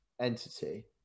entity